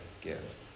give